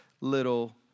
little